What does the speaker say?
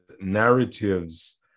narratives